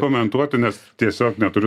komentuoti nes tiesiog neturiu